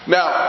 Now